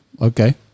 okay